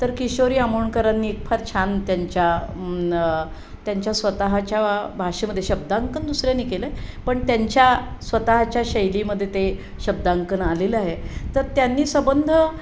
तर किशोरी आमोणकरांनी एक फार छान त्यांच्या त्यांच्या स्वतःच्या भाषेमध्ये शब्दांकन दुसऱ्याने केलं आहे पण त्यांच्या स्वतःच्या शैलीमध्ये ते शब्दांकन आलेलं आहे तर त्यांनी सबंध